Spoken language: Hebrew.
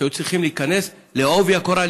להיכנס בעובי הקורה,